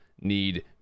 need